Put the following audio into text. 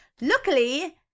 Luckily